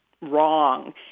wrong